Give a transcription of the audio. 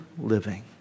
living